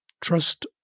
trust